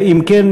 אם כן,